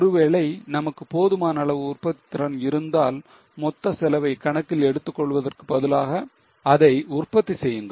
ஒருவேளை நமக்கு போதுமான அளவு உற்பத்தி திறன் இருந்தால் மொத்த செலவை கணக்கில் எடுத்துக் கொள்வதற்கு பதிலாக அதை உற்பத்தி செய்யுங்கள்